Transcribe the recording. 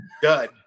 Good